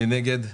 מי נגד?